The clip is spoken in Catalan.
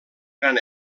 gran